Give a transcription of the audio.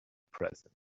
present